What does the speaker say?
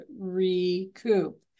recoup